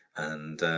and